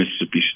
Mississippi